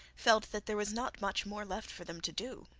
felt that there was not much more left for them to do.